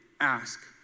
Ask